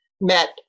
met